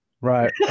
Right